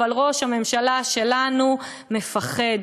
אבל ראש הממשלה שלנו מפחד,